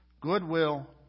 goodwill